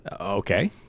Okay